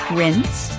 rinse